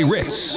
Ritz